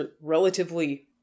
relatively